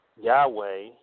Yahweh